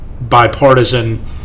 bipartisan